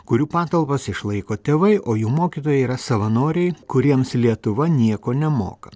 kurių patalpas išlaiko tėvai o jų mokytojai yra savanoriai kuriems lietuva nieko nemoka